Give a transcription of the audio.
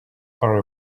are